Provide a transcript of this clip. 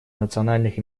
национальных